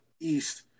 East